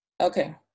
Okay